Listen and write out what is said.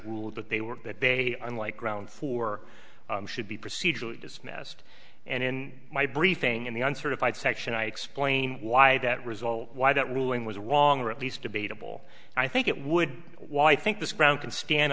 ruled that they were that they unlike grounds for should be procedurally dismissed and in my briefing in the uncertified section i explain why that result why that ruling was wrong or at least debatable i think it would why i think this ground can stand